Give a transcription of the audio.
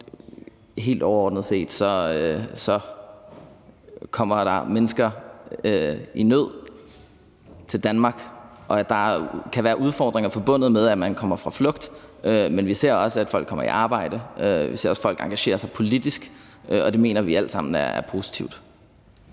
helt overordnet set kommer der mennesker i nød til Danmark, og der kan være udfordringer forbundet med, at man kommer, fordi man er på flugt, men vi ser også, at folk kommer i arbejde, og vi ser også, at folk engagerer sig politisk. Og det mener vi alt sammen er positivt.